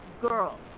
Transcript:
girls